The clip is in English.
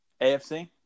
AFC